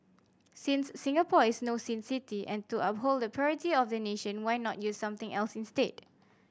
since Singapore is no sin city and to uphold the purity of the nation why not use something else instead